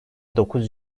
dokuz